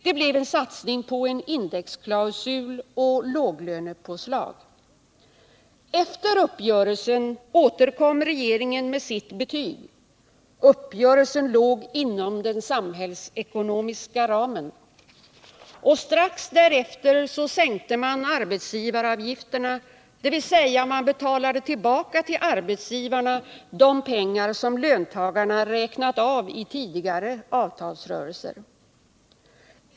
Det blev en satsning på en indexklausul och låglönepåslag. Efter uppgörelsen återkom regeringen med sitt betyg: uppgörelsen låg inom den samhällsekonomiska ramen. Och strax därefter sänkte man arbetsgivaravgifterna, dvs. man betalade tillbaka till arbetsgivarna de pengar som löntagarna räknat av i tidigare avtalsrörelser.